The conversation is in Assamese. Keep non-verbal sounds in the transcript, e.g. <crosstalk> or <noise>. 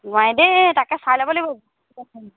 নোৱাৰি দেই তাকে চাই ল'ব লাগিব <unintelligible>